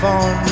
on